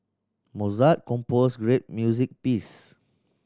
Mozart composed great music piece